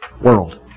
world